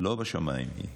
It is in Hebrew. לא בשמיים היא.